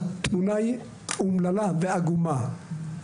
התמונה היא אומללה ועגומה.